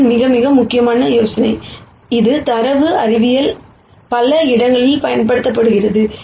இது மிக மிக முக்கியமான யோசனை இது டேட்டா சயின்ஸ்ல் பல இடங்களில் பயன்படுத்தப்படும்